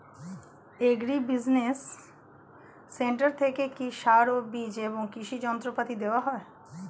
Agri business centre থেকে কি সার ও বিজ এবং কৃষি যন্ত্র পাতি দেওয়া হয়?